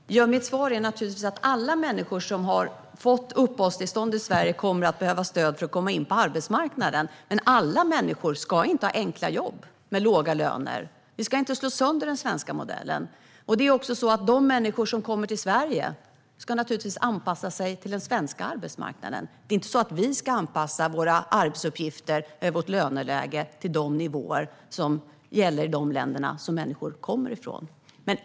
Herr talman! Mitt svar är naturligtvis att alla människor som har fått uppehållstillstånd kommer att behöva stöd för att komma in på arbetsmarknaden. Men alla människor ska inte ha enkla jobb med låga löner. Vi ska inte slå sönder den svenska modellen. De människor som kommer till Sverige ska anpassa sig till den svenska arbetsmarknaden. Vi ska inte anpassa våra arbetsuppgifter och vårt löneläge till de nivåer som gäller i de länder som människor kommer ifrån.